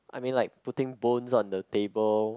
I mean like putting bones on the table